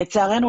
לצערנו,